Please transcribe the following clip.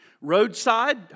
Roadside